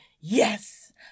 yes